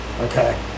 Okay